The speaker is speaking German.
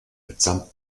mitsamt